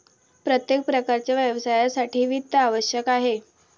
प्रत्येक प्रकारच्या व्यवसायासाठी वित्त आवश्यक आहे